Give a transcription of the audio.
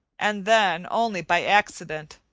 and then only by accident.